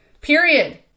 period